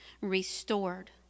restored